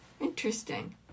interesting